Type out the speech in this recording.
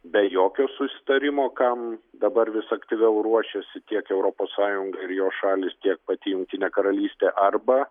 be jokio susitarimo kam dabar vis aktyviau ruošiasi tiek europos sąjunga ir jos šalys tiek pati jungtinė karalystė arba